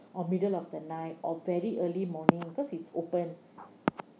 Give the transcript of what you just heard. or middle of the night or very early morning because it's open